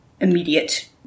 immediate